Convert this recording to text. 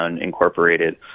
Incorporated